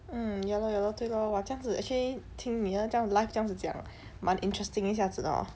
hmm ya lor ya lor 对 lor !wah! 这样子 actually 听你的这样 life 这样子讲蛮 interesting 一样子的 hor